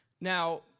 Now